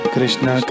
Krishna